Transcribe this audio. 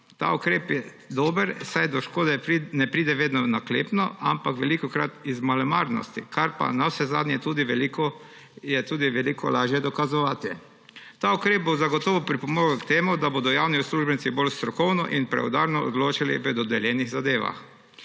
Ta ukrep je dober, saj do škode ne pride vedno naklepno, ampak velikokrat iz malomarnosti, kar pa navsezadnje tudi veliko lažje dokazovati. Ta ukrep bo zagotovo pripomogel k temu, da bodo javni uslužbenci bolj strokovno in preudarno odločali v dodeljenih zadevah.